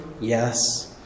Yes